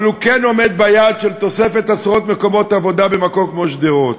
אבל הוא כן עומד ביעד של תוספת עשרות מקומות עבודה במקום כמו שדרות.